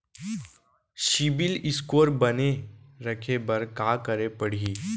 CIBIL score बने रखे बर का करे पड़ही?